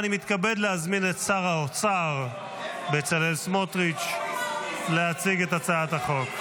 אני מתכבד להזמין את שר האוצר בצלאל סמוטריץ' להציג את הצעת החוק.